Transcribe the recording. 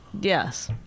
Yes